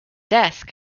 desk